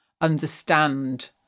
understand